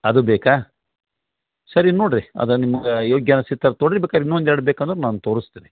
ಅದು ಬೇಕಾ ಸರಿ ನೋಡ್ರಿ ಅದು ನಿಮ್ಗೆ ಯೋಗ್ಯ ಅನಿಸ್ತಿತ್ತು ತಗೋಳ್ರೀ ಬೇಕಾದ್ರೆ ಇನ್ನು ಒಂದು ಎರಡು ಬೇಕಾದ್ರೆ ನಾನು ತೋರಿಸ್ತೀನಿ